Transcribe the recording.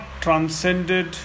transcended